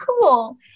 cool